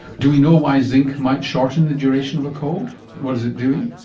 do we know why zinc might shorten the duration of a cold, what is it doing?